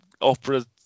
opera